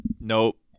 Nope